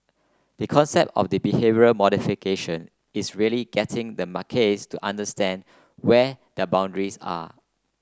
the concept of the behavioural modification is really getting the macaques to understand where their boundaries are